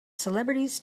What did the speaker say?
celebrities